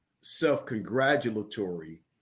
self-congratulatory